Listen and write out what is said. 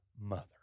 mother